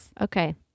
Okay